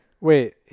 Wait